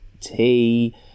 tea